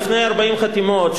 לפני 40 החתימות,